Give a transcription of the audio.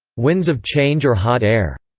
winds of change or hot air?